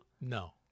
No